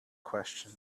question